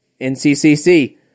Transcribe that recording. NCCC